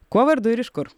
kuo vardu ir iš kur